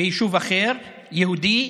ביישוב אחר, יהודי,